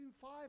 five